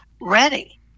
ready